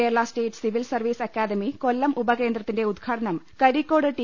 Kerala state civil service academy Kollam ഉപകേന്ദ്രത്തിന്റെ ഉദ്ഘാടനം Karikode T